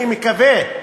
אני מקווה.